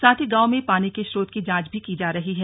साथ ही गांव में पानी के स्रोत की जांच भी की जा रही है